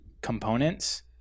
components